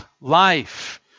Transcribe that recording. life